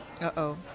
Uh-oh